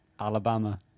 Alabama